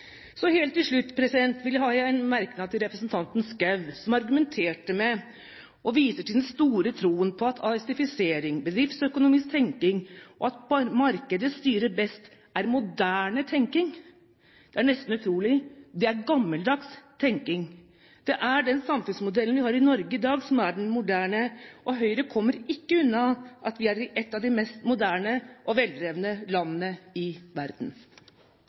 Helt til slutt har jeg en merknad til representanten Schou, som argumenterte med og viste til den store troen på at AS-ifisering, bedriftsøkonomisk tenking og at markedet styrer best, er moderne tenking. Det er nesten utrolig. Det er gammeldags tenking. Det er den samfunnsmodellen vi har i Norge i dag, som er den moderne, og Høyre kommer ikke unna at vi er et av de mest moderne og veldrevne landene i verden.